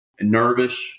nervous